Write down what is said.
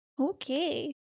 Okay